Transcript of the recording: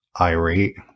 irate